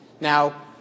Now